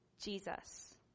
Jesus